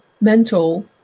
mental